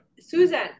susan